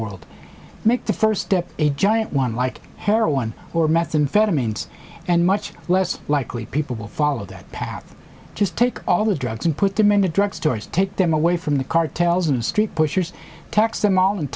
world make the first step a giant one like heroin or methamphetamines and much less likely people will follow that path just take all the drugs and put them into drug stores take them away from the cartels and street pushers tax them all and